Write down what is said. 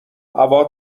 هوا